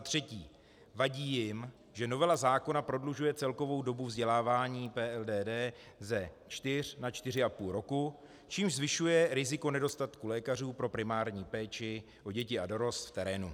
3. Vadí jim, že novela zákona prodlužuje celkovou dobu vzdělávání PLDD ze čtyř na čtyři a půl roku, čímž zvyšuje riziko nedostatku lékařů pro primární péči o děti a dorost v terénu.